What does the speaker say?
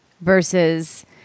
versus